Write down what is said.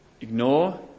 ignore